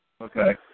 Okay